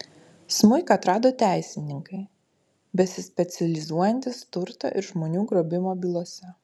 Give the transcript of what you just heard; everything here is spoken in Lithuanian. smuiką atrado teisininkai besispecializuojantys turto ir žmonių grobimo bylose